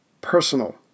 personal